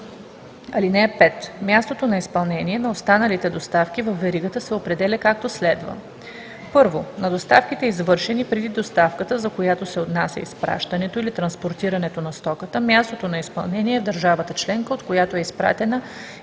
(5) Мястото на изпълнение на останалите доставки във веригата се определя, както следва: 1. на доставките, извършени преди доставката, за която се отнася изпращането или транспортирането на стоката – мястото на изпълнение е в държавата членка, от която е изпратена или